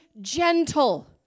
gentle